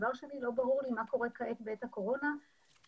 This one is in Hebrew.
לא ברור לי מה קורה כעת בעת הקורונה שזו